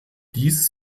dies